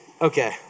okay